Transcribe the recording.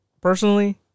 personally